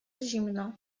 zimno